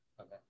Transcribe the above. Okay